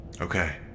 Okay